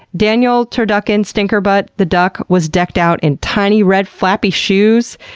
daniel turducken stinkerbutt the duck was decked out in tiny red flappy shoes,